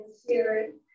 spirit